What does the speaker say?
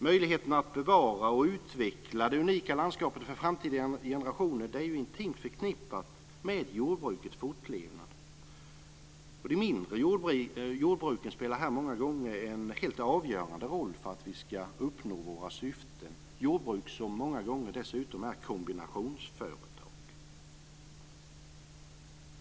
Möjligheten att bevara och utveckla det unika landskapet för framtida generationer är intimt förknippad med jordbrukets fortlevnad. De mindre jordbruken spelar här många gånger en helt avgörande roll för att vi ska uppnå våra syften. Det är jordbruk som dessutom många gånger är kombinationsföretag.